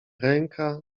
ręka